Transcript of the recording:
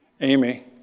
Amy